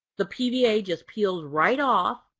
the pva just peels right off,